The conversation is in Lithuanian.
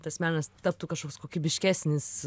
tas menas taptų kažkoks kokybiškesnis